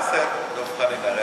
חבר הכנסת דב חנין,